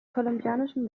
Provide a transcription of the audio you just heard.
kolumbianischen